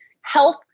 health